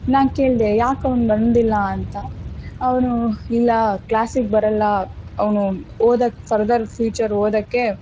ನಾನು ಕೇಳಿದೆ ಯಾಕೆ ಅವ್ನು ಬಂದಿಲ್ಲಾಂತ ಅವನು ಇಲ್ಲ ಕ್ಲಾಸಿಗೆ ಬರಲ್ಲ ಅವನು ಓದಕ್ಕೆ ಫರ್ದರ್ ಫ್ಯೂಚರ್ ಓದೋಕ್ಕೆ